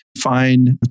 find